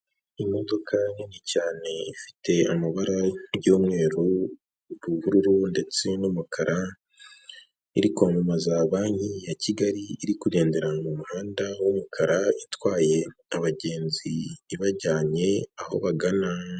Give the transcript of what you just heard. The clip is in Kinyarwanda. Imodoka nini cyane ifite amabara y'umweru n'ubururu ndetse n'umukara iri kwamamaza banki ya Kigali iri kugendera mu muhanda w'umukara itwaye abagenzi ibajyanye aho bagana.